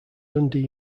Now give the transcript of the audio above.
dundee